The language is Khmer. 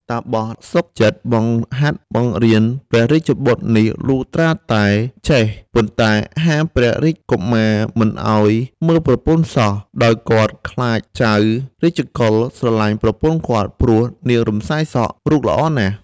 តាបសសុខចិត្តបង្ហាត់បង្រៀនព្រះរាជបុត្រនេះលុះត្រាតែចេះ ប៉ុន្តែហាមព្រះរាជកុមារមិនឱ្យមើលប្រពន្ធសោះ ដោយគាត់ខ្លាចចៅ រាជកុល ស្រឡាញ់ប្រពន្ធគាត់ ព្រោះនាង រំសាយសក់ រូបល្អណាស់ ។